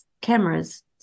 cameras